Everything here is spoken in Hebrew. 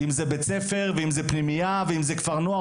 אם זה בית ספר ואם זה פנימייה ואם זה כפר נוער,